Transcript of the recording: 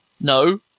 No